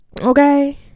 Okay